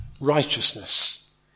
righteousness